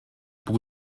pour